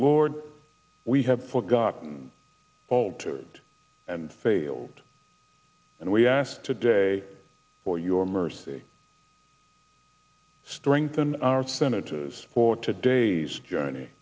lord we have forgotten faltered and failed and we asked today for your mercy strengthen our senators for today's journey